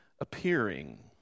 appearing